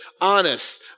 honest